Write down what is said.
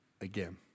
again